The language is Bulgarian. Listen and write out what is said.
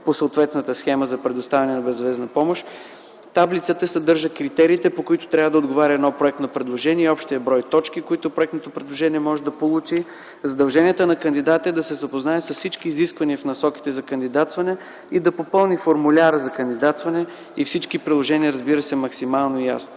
по съответната схема на предоставяне на безвъзмездна помощ; - таблиците съдържат критериите, по които трябва да отговаря едно проектно предложение и общият брой точки, които проектното предложение може да получи; - задълженията на кандидата е да се запознае с всички изисквания в насоките за кандидатстване и да попълни формуляра за кандидатстване и всички приложения, разбира се, максималният;